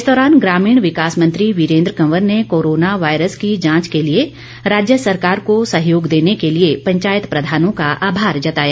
इस दौरान ग्रामीण विकास मंत्री वीरेन्द्र कंवर ने कोरोना वायरस की जांच के लिए राज्य सरकार को सहयोग देने के लिए पंचायत प्रधानों का आभार जताया